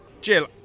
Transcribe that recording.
Jill